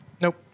Nope